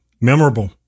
Memorable